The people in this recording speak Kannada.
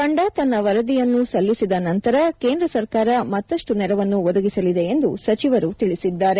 ತಂಡ ತನ್ನ ವರದಿಯನ್ನು ಸಲ್ಲಿಸಿದ ನಂತರ ಕೇಂದ್ರ ಸರ್ಕಾರ ಮತ್ತಷ್ಟು ನೆರವನ್ನು ಒದಗಿಸಲಿದೆ ಎಂದು ಸಚಿವರು ತಿಳಿಸಿದ್ದಾರೆ